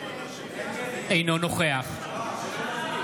אינו נוכח בושה,